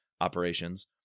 operations